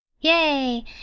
Yay